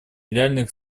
реальных